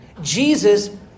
Jesus